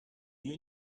you